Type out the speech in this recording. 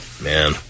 Man